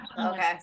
Okay